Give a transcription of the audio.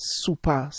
super